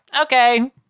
okay